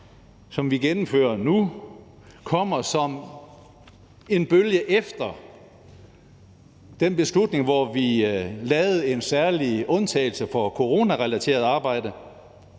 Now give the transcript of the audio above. som vi gennemfører nu, kommer også som en bølge efter den beslutning, hvor vi lavede en særlig undtagelse for coronarelateret arbejde.